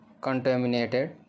contaminated